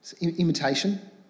imitation